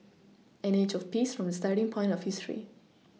an age of peace from the starting point of history